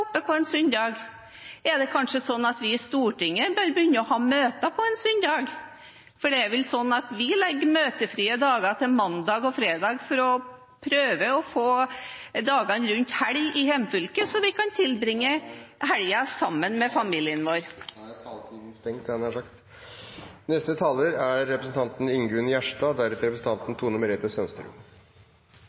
på en søndag? Er det kanskje slik at vi i Stortinget bør begynne å ha møter på en søndag? For det er vel sånn at vi legger møtefrie dager til mandag og fredag for å prøve å få dagene rundt helga i hjemfylket, så vi kan tilbringe den sammen med familien vår. Da er taletiden stengt, hadde jeg nær sagt!